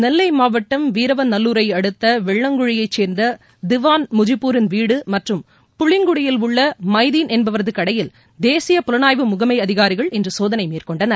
நெல்லை மாவட்டம் வீரவநல்லூரை அடுத்த வெள்ளங்குழியைச் சேர்ந்த திவான் முஜிபூரின் வீடு மற்றும் புளியங்குடியில் உள்ள மைதீன் என்பரது கடையில் தேசிய புலனாய்வு முகமை அதிகாரிகள் இன்று சோதனை மேற்கொண்டனர்